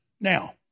Now